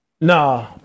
nah